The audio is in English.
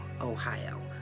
Ohio